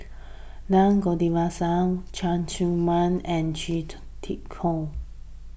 Naa Govindasamy Cheng Tsang Man and Chia Tee Chiak